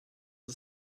ist